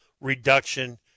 reduction